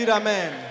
amen